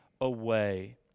away